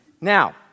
Now